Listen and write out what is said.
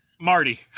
Marty